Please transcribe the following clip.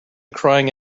crying